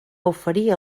oferir